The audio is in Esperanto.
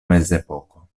mezepoko